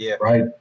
right